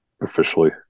officially